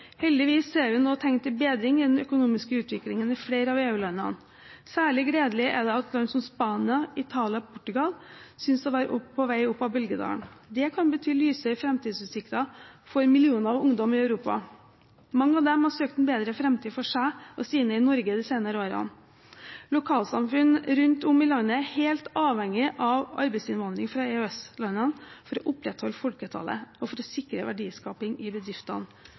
Heldigvis ser vi nå tegn til bedring i den økonomiske utviklingen i flere av EU-landene. Særlig gledelig er det at land som Spania, Italia og Portugal synes å være på vei opp av bølgedalen. Det kan bety lysere framtidsutsikter for millioner av ungdommer i Europa. Mange av dem har søkt en bedre framtid for seg og sine i Norge de senere årene. Lokalsamfunn rundt om i landet er helt avhengige av arbeidsinnvandring fra EØS-landene for å opprettholde folketallet og for å sikre verdiskaping i bedriftene.